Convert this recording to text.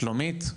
שלומית,